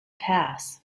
pass